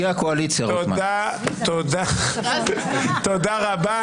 תודה רבה.